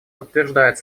подтверждает